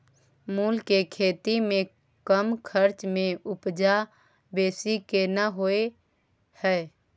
मूली के खेती में कम खर्च में उपजा बेसी केना होय है?